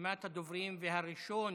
הדוברים, והראשון